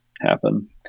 happen